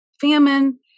famine